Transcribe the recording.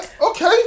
Okay